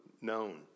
known